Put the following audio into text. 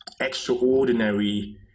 extraordinary